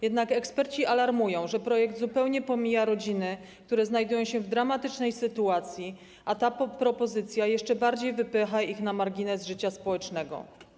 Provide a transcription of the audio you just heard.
Jednak eksperci alarmują, że projekt zupełnie pomija rodziny, które znajdują się w dramatycznej sytuacji, a ta propozycja jeszcze bardziej wypycha ich na margines życia społecznego.